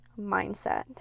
mindset